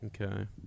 Okay